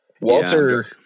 Walter